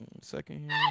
Second